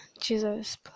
Jesus